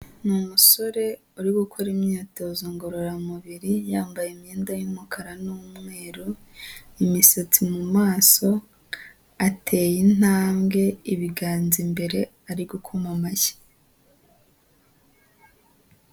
Ni umusore uri gukora imyitozo ngororamubiri yambaye imyenda y'umukara n'umweru, imisatsi mu maso, ateye intambwe ibiganza imbere, ari gukoma amashyi.